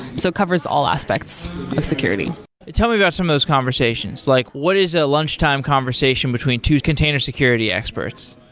so it covers all aspects of security tell me about some of those conversations. like what is a lunchtime conversation between two container security experts?